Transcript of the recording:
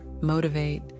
motivate